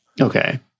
Okay